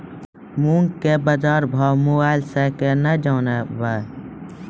मूंग के बाजार भाव मोबाइल से के ना जान ब?